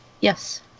Yes